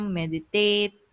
meditate